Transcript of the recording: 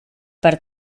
per